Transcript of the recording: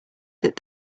that